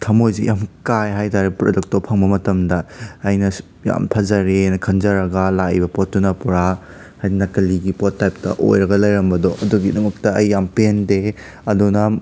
ꯊꯝꯃꯣꯏꯁꯤ ꯌꯥꯝꯅ ꯀꯥꯏ ꯍꯥꯏ ꯇꯥꯔꯦ ꯄ꯭ꯔꯗꯛꯇꯣ ꯐꯪꯕ ꯃꯇꯝꯗ ꯑꯩꯅꯁꯨ ꯌꯥꯝꯅ ꯐꯖꯔꯦꯅ ꯈꯟꯖꯔꯒ ꯂꯥꯛꯏꯕ ꯄꯣꯠꯇꯨꯅ ꯄꯨꯔꯥ ꯍꯥꯏ ꯅꯀꯂꯤꯒꯤ ꯄꯣꯠ ꯇꯥꯏꯞꯇ ꯑꯣꯏꯔꯒ ꯂꯩꯔꯝꯕꯗꯣ ꯑꯗꯨꯒꯤꯗꯃꯛꯇ ꯑꯩ ꯌꯥꯝꯅ ꯄꯦꯟꯗꯦ ꯑꯗꯨꯅ